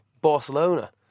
Barcelona